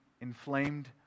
inflamed